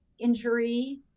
injury